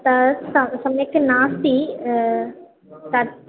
त स सम्यक् नास्ति तत्